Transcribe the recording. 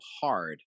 hard